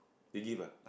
they give ah